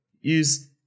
use